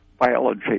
biology